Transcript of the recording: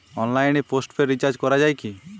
অনলাইনে postpaid recharge করা যায় কি?